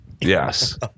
Yes